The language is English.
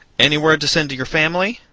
any word to send to your family?